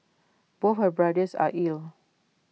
both her brothers are ill